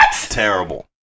Terrible